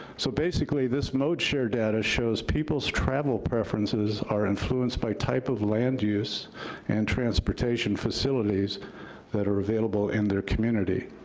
so basically, this mode share data shows people's travel preferences are influenced by type of land use and transportation facilities that are available in their community.